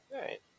Right